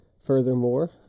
Furthermore